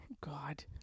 God